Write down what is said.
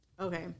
Okay